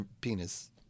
penis